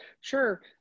sure